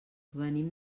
venim